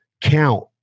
count